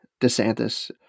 DeSantis